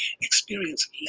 experience